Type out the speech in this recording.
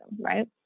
right